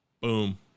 Boom